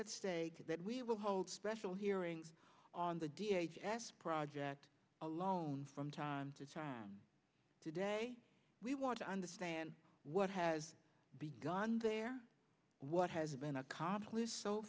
at stake that we will hold special hearings on the d h s project alone from time to time today we want to understand what has begun there what has been accomplished so